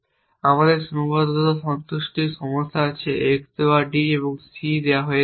আমাদের সীমাবদ্ধতা সন্তুষ্টির সমস্যা আছে x দেওয়া d এবং c দেওয়া হয়েছে মূলত